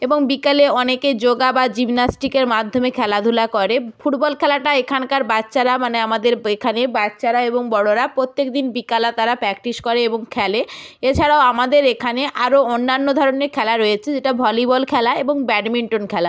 এবং বিকালে অনেকে যোগা বা জিমনাস্টিকের মাধ্যমে খেলাধুলা করে ফুটবল খেলাটা এখানকার বাচ্চারা মানে আমাদের এখানে বাচ্চারা এবং বড়োরা প্রত্যেক দিন বিকালে তারা প্র্যাক্টিস করে এবং খেলে এছাড়াও আমাদের এখানে আরও অন্যান্য ধরনের খেলা রয়েছে যেটা ভলিবল খেলা এবং ব্যাডমিন্টন খেলা